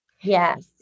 Yes